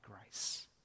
grace